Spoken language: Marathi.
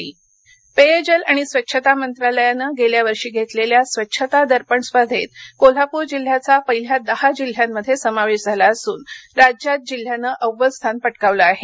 स्वच्छता दर्पण स्पर्धा कोल्हापर पेयजल आणि स्वच्छता मंत्रालयानं गेल्या वर्षी घेतलेल्या स्वच्छता दर्पण स्पर्धेत कोल्हापूर जिल्ह्याचा पहिल्या दहा जिल्ह्यांमध्ये समावेश झाला असून राज्यात जिल्ह्यानं अव्वल स्थान पटकावलं आहे